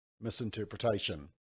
misinterpretation